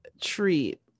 treat